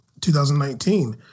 2019